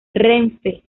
renfe